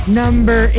number